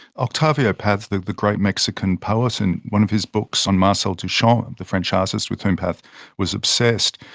octavio paz, the the great mexican poet, in one of his books on marcel duchamp, the french artist with whom paz was obsessed,